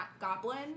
goblin